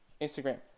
Instagram